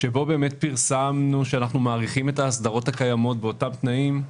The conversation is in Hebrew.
שבו פרסמנו שאנחנו מאריכים את ההסדרות הקיימות באותם תנאים,